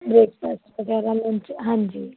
breakfast ਵਗੈਰਾ lunch ਹਾਂਜੀ